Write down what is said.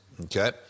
okay